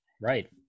Right